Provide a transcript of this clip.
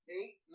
eight